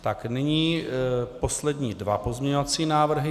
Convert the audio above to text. Tak nyní poslední dva pozměňovací návrhy.